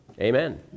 Amen